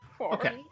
Okay